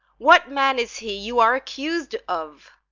what man is he you are accus'd of?